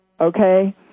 okay